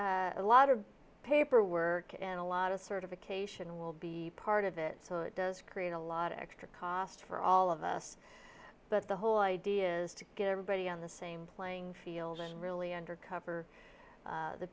a lot of paperwork and a lot of certification will be part of it so it does create a lot of extra cost for all of us but the whole idea is to get everybody on the same playing field and really under cover